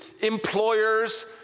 employers